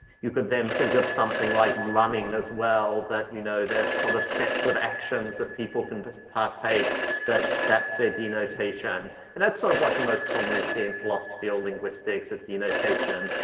you can then think of something like running as well that you know there's sort of sets of actions that people can partake that that's their denotation. and that's sort of what you most commonly see in philosophy or linguistics as denotation.